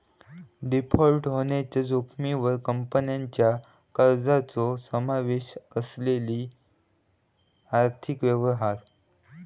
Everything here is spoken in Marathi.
डिफॉल्ट होण्याच्या जोखमीवर कंपनीच्या कर्जाचो समावेश असलेले आर्थिक व्यवहार